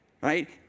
right